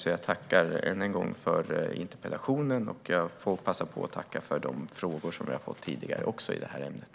Jag tackar än en gång för interpellationen och för de frågor som jag tidigare har fått i det här ämnet.